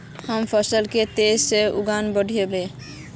हम फसल के तेज से कुंसम बढ़बे?